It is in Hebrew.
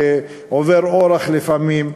או עובר אורח לפעמים.